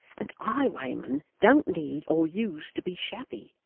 and highwaymen don't need or use to be shabby,